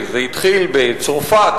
זה התחיל בצרפת,